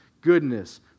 goodness